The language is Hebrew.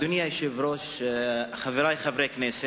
אדוני היושב-ראש, חברי חברי הכנסת,